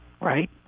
right